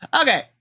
Okay